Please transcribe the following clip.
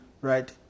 right